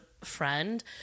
friend